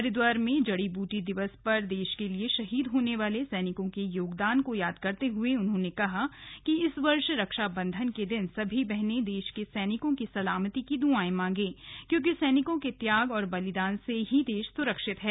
हरिद्वार में जड़ी बूटी दिवस पर देश के लिए शहीद होने वाले सैनिकों के योगदान को याद करते हुए उन्होंने कहा कि इस वर्ष रक्षा बन्धन के दिन सभी बहने देश के सैनिकों की सलामती की दुआए मांगें क्योंकि सैनिकों के त्याग और बलिदान से ही देश सुरक्षित है